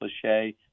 cliche